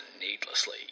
needlessly